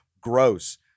gross